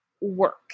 work